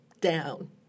down